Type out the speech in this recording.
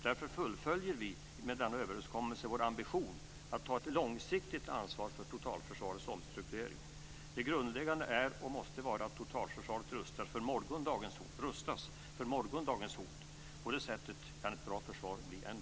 Därför fullföljer vi med denna överenskommelse vår ambition att ta ett långsiktigt ansvar för totalförsvarets omstrukturering. Det grundläggande är och måste vara att totalförsvaret rustas för morgondagens hot. På det sättet kan ett bra försvar bli än bättre.